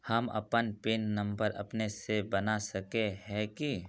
हम अपन PIN number अपने से बना सके है की?